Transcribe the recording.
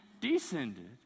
descended